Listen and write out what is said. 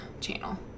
channel